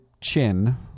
Chin